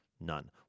None